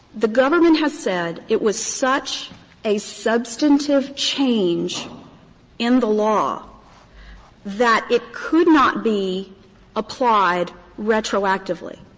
the government has said it was such a substantive change in the law that it could not be applied retroactively.